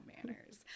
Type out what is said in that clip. Manners